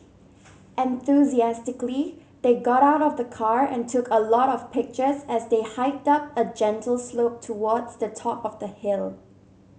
enthusiastically they got out of the car and took a lot of pictures as they hiked up a gentle slope towards the top of the hill